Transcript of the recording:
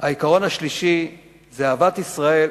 העיקרון השלישי זה: "אהבת ישראל,